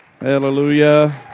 Hallelujah